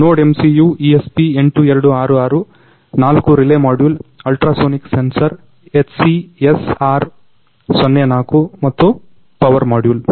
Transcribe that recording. NodeMCU ESP8266 ನಾಲ್ಕು relay module ultrasonic sensor HCSR04 ಮತ್ತು power module